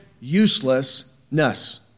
uselessness